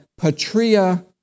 patria